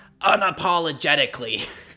Unapologetically